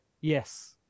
Yes